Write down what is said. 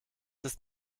ist